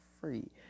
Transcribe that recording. free